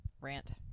Rant